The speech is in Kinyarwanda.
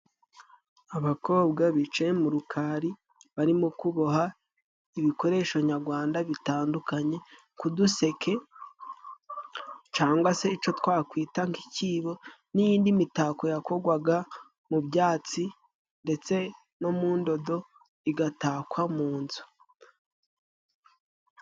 Abakobwa bicaye mu rukari barimo kuboha ibikoresho nyarwanda bitandukanye nkuduseke cyangwa se icyo twakwita nk'icyibo n'indi mitako yakorwaga mu byatsi ndetse no mu ndodo igatakwawa mu nzu.